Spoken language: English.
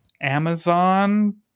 amazon